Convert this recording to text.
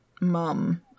mum